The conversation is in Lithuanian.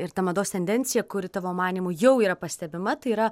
ir ta mados tendencija kuri tavo manymu jau yra pastebima tai yra